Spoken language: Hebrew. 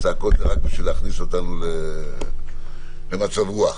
הצעקות זה רק כדי להכניס אותנו למצב רוח...